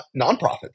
nonprofits